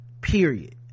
period